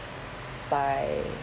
by